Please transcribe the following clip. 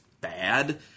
bad